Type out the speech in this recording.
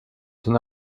son